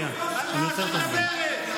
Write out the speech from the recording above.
על מה את מדברת?